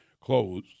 close